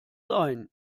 sein